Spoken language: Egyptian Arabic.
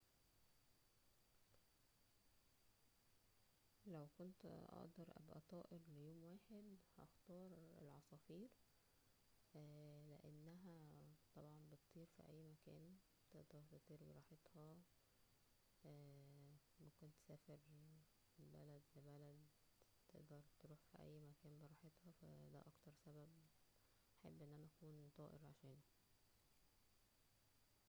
لو كنت اقدر ابقى طائر ليوم واحد ,هختار العصافير - اه لانها طبعا بطير فى اى مكان ,تقدر تطير براحتها, اه ممكن تسافر من بلد لبلد ,تقدر تروح فى اى مكان براحتها ,فا دا كتر سبب احب ان انا اكون طائر عشانه